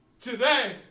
Today